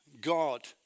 God